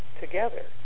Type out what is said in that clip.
together